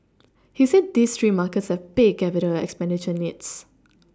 he said these three markets have big capital expenditure needs